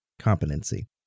competency